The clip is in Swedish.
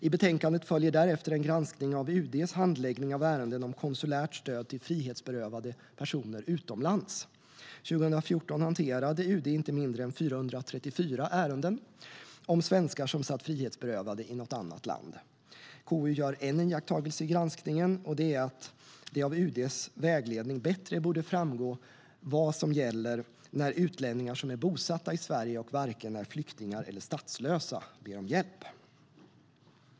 I betänkandet följer därefter en granskning av UD:s handläggning av ärenden om konsulärt stöd till frihetsberövade personer utomlands. År 2014 hanterade UD inte mindre än 434 ärenden om svenskar som satt frihetsberövade i något annat land. KU gör en iakttagelse i granskningen, och det är att det av UD:s vägledning bättre borde framgå vad som gäller när utlänningar som är bosatta i Sverige och varken är flyktingar eller statslösa ber om hjälp.